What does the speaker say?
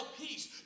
peace